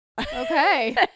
Okay